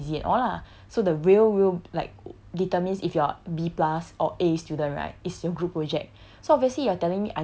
which she tell me is quite easy and all lah so the real will like determines if you are B plus or a student right is your group project